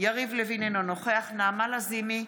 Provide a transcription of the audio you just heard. יריב לוין, אינו נוכח נעמה לזימי,